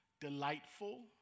delightful